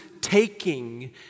taking